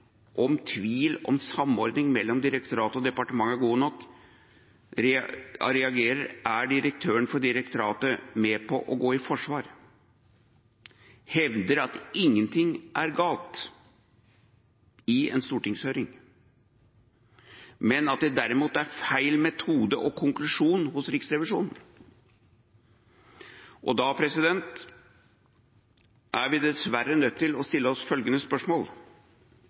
om samordningen mellom direktoratet og departementet er god nok, reagerer direktøren for direktoratet med å gå i forsvar og hevder – i en stortingshøring – at ingenting er galt, men at det derimot er feil metode og konklusjon hos Riksrevisjonen. Da er vi dessverre nødt til å stille oss følgende spørsmål: